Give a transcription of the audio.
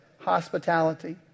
hospitality